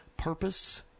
Purpose